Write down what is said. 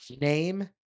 Name